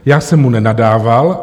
Já jsem mu nenadával.